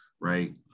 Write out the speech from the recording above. right